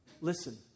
Listen